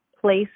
place